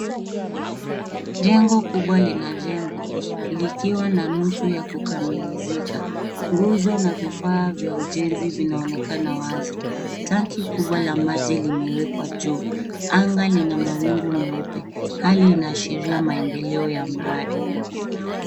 Jengo kubwa linajengwa likiwa na nusu ya kukamilizika. Nguzo na vifaa vya ujenzi vinaonekana wazi. Tangi kubwa la maji limewekwa juu. Anga lina mawingu meupe. Hali inaashiria maendeleo ya mradi.